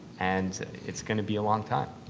and it's going to be a long time.